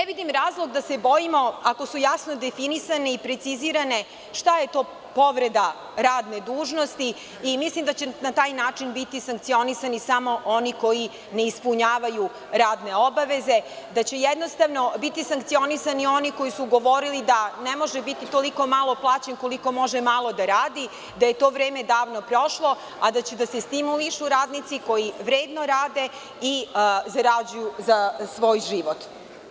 Ne vidim razlog da se bojimo ako su jasno definisane i precizirane šta je to povreda radne dužnosti i mislim da će na taj način biti sankcionisani samo oni koji ne ispunjavaju radne obaveze, da će jednostavno biti sankcionisani oni koji su govorili da ne može biti toliko malo plaćen koliko može malo da radi, da je to vreme davno prošlo, a da će da se stimulišu radnici koji vredno rade i zarađuju za svoj život.